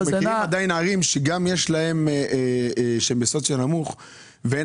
אנחנו עדיין מכירים ערים שהן בסוציו נמוך ואין